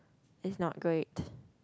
it's not great